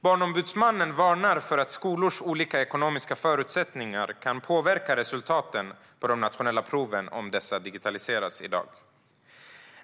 Barnombudsmannen varnar för att skolors olika ekonomiska förutsättningar kan påverka resultaten på de nationella proven om dessa i dag digitaliseras.